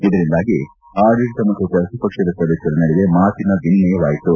ಇದರಿಂದಾಗಿ ಆಡಳಿತ ಮತ್ತು ಪ್ರತಿಪಕ್ಷದ ಸದಸ್ಟರ ನಡುವೆ ಮಾತಿನ ವಿನಿಮಯವಾಯಿತು